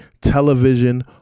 television